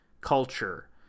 culture